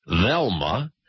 Velma